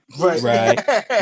Right